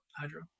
Hydro